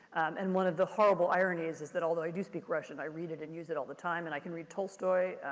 and one of the horrible ironies is that although i do speak russian, i read it and use it all the time, and i can read tolstoy.